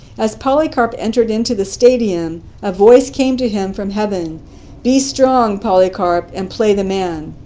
as polycarp entered into the stadium a voice came to him from heaven be strong, polycarp, and play the man'.